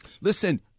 Listen